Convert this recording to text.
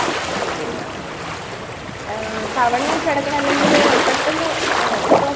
അത് ചെയ്ത് തരുമോ തവണ ആയിട്ട് അടക്കണോ അല്ലെങ്കില് പെട്ടെന്ന് ഇപ്പം